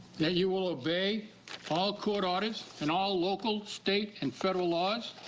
that you will obey all court orders and all local, state and federal laws.